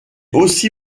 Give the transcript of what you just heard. aussi